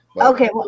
Okay